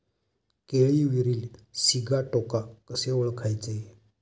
केळीवरील सिगाटोका कसे ओळखायचे?